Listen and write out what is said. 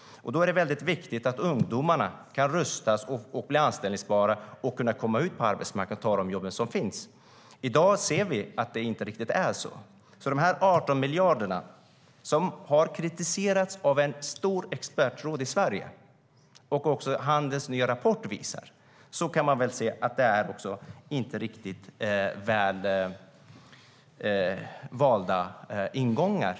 Då är det väldigt viktigt att rusta dem så att de kan komma ut på arbetsmarknaden. Expertråd i Sverige har kritiserat användningen av dessa 18 miljarder, och även Handels nya rapport visar att detta inte är riktigt väl valda ingångar.